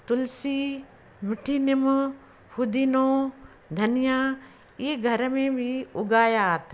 तुलसी मिठी निम पुदीनो धनिया इहे घर में बि उगाया अथमि